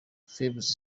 forbes